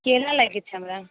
केला लैके छै हमरा